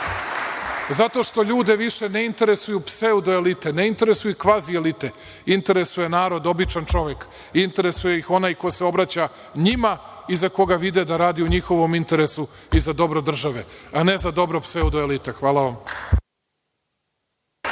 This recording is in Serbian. zato što ljude više ne interesuje pseudo elite, ne interesuju ih kvazi elite, interesuje ih narod, običan čovek, interesuje ih onaj ko se obraća njima i za koga vide da radi u njihovom interesu i za dobro države, a ne za dobro pseudo elite. Hvala vam.